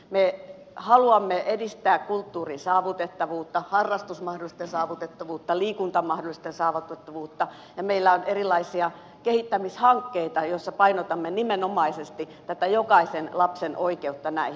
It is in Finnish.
me haluamme edistää kulttuurin saavutettavuutta harrastusmahdollisuuksien saavutettavuutta liikuntamahdollisuuksien saavutettavuutta ja meillä on erilaisia kehittämishankkeita joissa painotamme nimenomaisesti tätä jokaisen lapsen oikeutta näihin